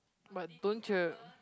but don't you